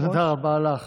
תודה רבה לך,